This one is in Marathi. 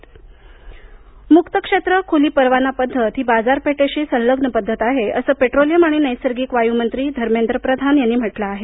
प्रधान मुक्त क्षेत्र खुली परवाना पद्धत ही बाजारपेठेशी संलग्न पद्धत आहे असं पेट्रोलियम आणि नैसर्गिक वायू मंत्री धर्मेंद्र प्रधान यांनी म्हटलं आहे